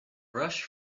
rush